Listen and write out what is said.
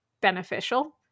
beneficial